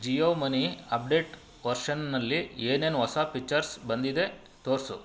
Jio money update ವರ್ಷನ್ನಲ್ಲಿ ಏನೇನು ಹೊಸ ಫಿಚರ್ಸ್ ಬಂದಿದೆ ತೋರಿಸು